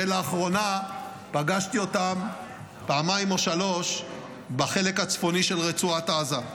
ולאחרונה פגשתי אותם פעמיים או שלוש בחלק הצפוני של רצועת עזה,